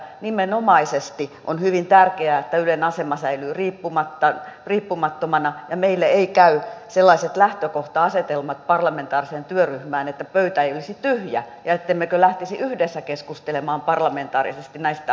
nimenomaisesti on hyvin tärkeää että ylen asema säilyy riippumattomana ja meille eivät käy sellaiset lähtökohta asetelmat parlamentaariseen työryhmään että pöytä ei olisi tyhjä ja ettemmekö lähtisi yhdessä keskustelemaan parlamentaarisesti näistä asioista